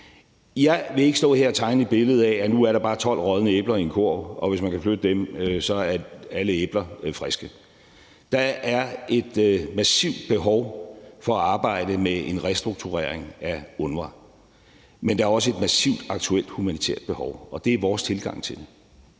Jeg vil ikke stå her og tegne et billede af, at nu er der bare 12 rådne æbler i en kurv, og hvis man kan flytte dem, er alle æbler friske. Der er et massivt behov for at arbejde med en restrukturering af UNRWA, men der er også et massivt aktuelt humanitært behov, og det er vores tilgang til det.